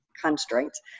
constraints